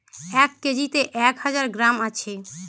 এক কেজিতে এক হাজার গ্রাম আছে